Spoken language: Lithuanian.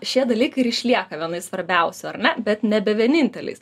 šie dalykai ir išlieka vienais svarbiausių ar ne bet nebe vieninteliais